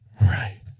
Right